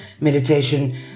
meditation